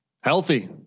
healthy